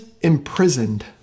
imprisoned